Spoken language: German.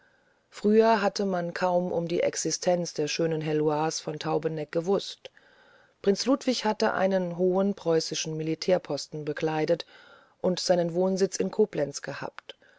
früher hatte man kaum um die existenz der schönen heloise von taubeneck gewußt prinz ludwig hatte einen hohen preußischen militärposten bekleidet und seinen wohnsitz in koblenz gehabt